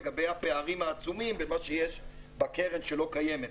לגבי הפערים העצומים בין מה שיש בקרן שלא קיימת,